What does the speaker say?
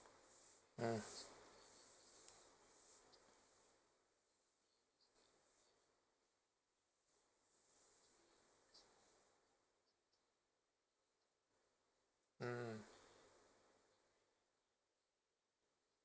mm mm